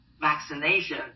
vaccination